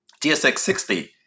TSX-60